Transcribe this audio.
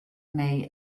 neu